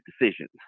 decisions